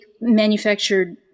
manufactured